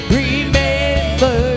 remember